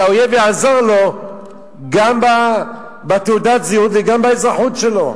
שהאויב יעזור לו גם בתעודת הזהות וגם באזרחות שלו.